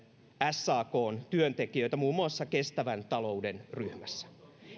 sakn työntekijöitä muun muassa kestävän talouden ryhmässä